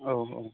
औ